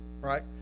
right